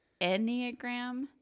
enneagram